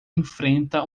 enfrenta